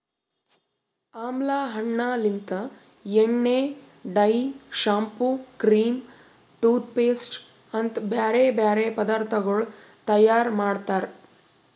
ಆಮ್ಲಾ ಹಣ್ಣ ಲಿಂತ್ ಎಣ್ಣೆ, dye, shampoo, cream, toothpaste ಅಂತ್ ಬ್ಯಾರೆ ಬ್ಯಾರೆ ಪದಾರ್ಥಗೊಳ್ ತೈಯಾರ್ ಮಾಡ್ತಾರ್